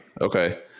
Okay